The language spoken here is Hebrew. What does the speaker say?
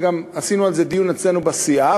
וגם עשינו על זה דיון אצלנו בסיעה,